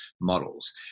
models